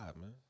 man